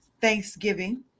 Thanksgiving